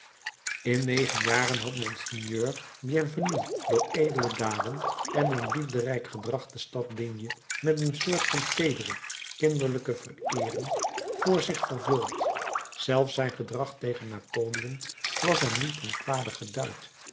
in negen jaren had monseigneur bienvenu door edele daden en een liefderijk gedrag de stad digne met een soort van teedere kinderlijke vereering voor zich vervuld zelfs zijn gedrag tegen napoleon was hem niet ten kwade